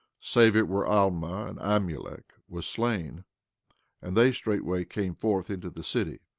save it were alma and amulek, was slain and they straightway came forth into the city.